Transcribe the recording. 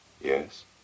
Yes